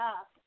up